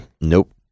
Nope